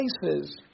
places